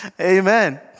Amen